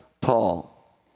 Paul